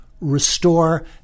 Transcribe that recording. restore